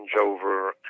changeover